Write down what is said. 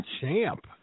champ